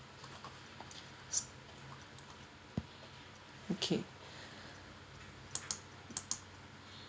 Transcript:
okay